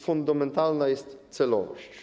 Fundamentalna jest celowość.